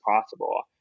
possible